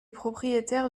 propriétaires